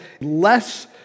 less